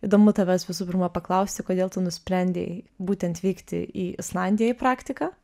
įdomu tavęs visų pirma paklausti kodėl tu nusprendei būtent vykti į islandiją į praktiką